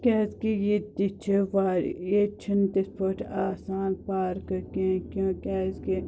کیٛازِکہِ ییٚتہِ تہِ چھِ واریاہ ییٚتہِ چھِنہٕ تِتھۍ پٲٹھۍ آسان پارکہٕ کیٚنٛہہ کہِ کیٛازِکہِ